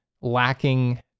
lacking